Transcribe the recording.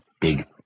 big